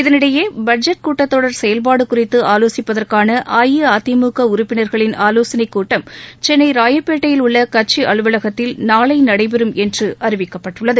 இதனிடையே பட்ஜெட் கூட்டத்தொடர் செயல்பாடு குறித்து ஆலோசிப்பதற்கான அஇஅதிமுக உறுப்பினர்களின் ஆலோசனைக் கூட்டம் சென்னை ராயப்பேட்டையில் உள்ள கட்சி அலுவலகத்தில் நாளை நடைபெறும் என்று அறிவிக்கப்பட்டுள்ளது